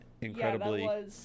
incredibly